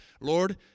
Lord